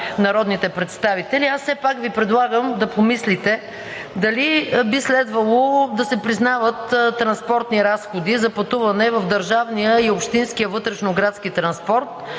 народните представители, аз все пак Ви предлагам да помислите дали би следвало да се признават транспортни разходи за пътуване в държавния и общинския вътрешноградски транспорт,